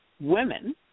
women